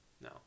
No